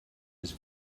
was